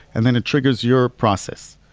and then it triggers your process,